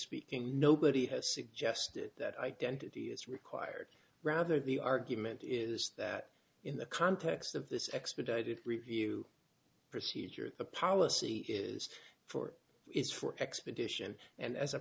speaking nobody has suggested that identity is required rather the argument is that in the context of this expedited review procedure the policy is for is for expedition and as a